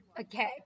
Okay